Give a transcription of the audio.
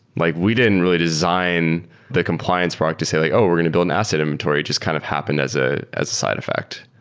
like we didn't really design the compliance product to say like, oh! we're going to build an asset inventory. it just kind of happened as ah as a side effect.